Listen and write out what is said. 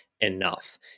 enough